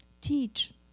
teach